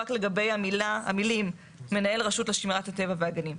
רק לגבי המילים "מנהל רשות הטבע והגנים".